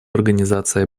организации